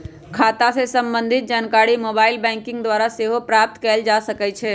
खता से संबंधित जानकारी मोबाइल बैंकिंग द्वारा सेहो प्राप्त कएल जा सकइ छै